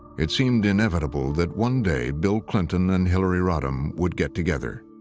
it seemed inevitable that one day, bill clinton and hillary rodham would get together.